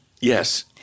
Yes